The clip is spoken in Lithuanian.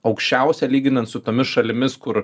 aukščiausia lyginant su tomis šalimis kur